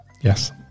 Yes